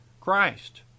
Christ